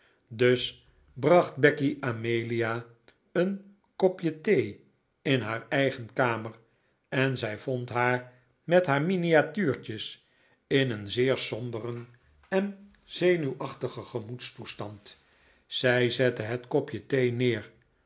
dus bracht becky amelia een kopje thee in haar eigen kamer en zij vond haar met haar miniatuurtjes in een zeer somberen en zenuwachtigen gemoedstoestand zij zette het kopje thee neer